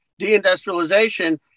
deindustrialization